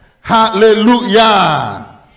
hallelujah